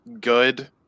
good